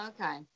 Okay